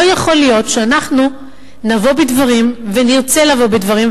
לא יכול להיות שאנחנו נבוא בדברים ונרצה לבוא בדברים,